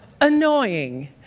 Annoying